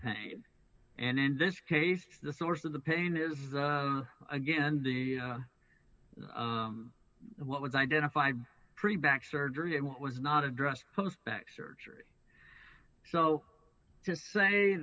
pain and in this case the source of the pain is again the what was identified pre back surgery and what was not addressed post back surgery so to say